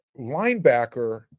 Linebacker